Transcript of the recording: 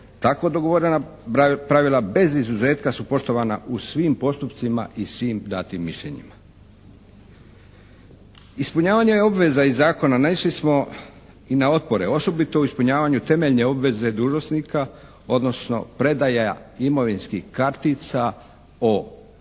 Tako dogovorena pravila bez izuzetka su poštovana u svim postupcima i svim datim mišljenjima. Ispunjavanje obveza iz zakona naišli smo i na otpore. Osobito u ispunjavanju temeljne obveze dužnosnika, odnosno predaja imovinskih kartica o imovini